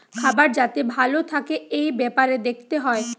খাবার যাতে ভালো থাকে এই বেপারে দেখতে হয়